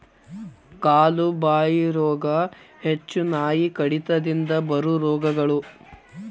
ಕಾಲು ಬಾಯಿ ರೋಗಾ, ಹುಚ್ಚುನಾಯಿ ಕಡಿತದಿಂದ ಬರು ರೋಗಗಳು